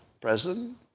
president